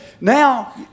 now